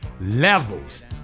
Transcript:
Levels